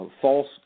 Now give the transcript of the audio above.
false